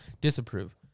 disapprove